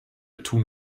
tun